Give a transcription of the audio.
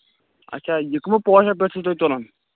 اچھا یہِ کَمِن پوشَن پٮ۪ٹھ چھِو تُہۍ تُلان